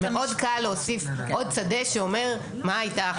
מאוד קל להוסיף עוד שדה שאומר מה הייתה החלטה.